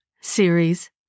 Series